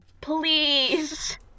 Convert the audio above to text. Please